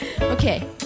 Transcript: Okay